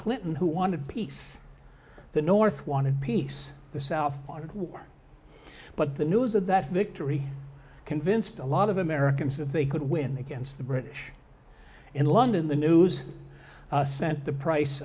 clinton who wanted peace the north wanted peace the south water war but the news of that victory convinced a lot of americans if they could win against the british in london the news sent the price